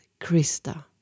Krista